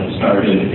started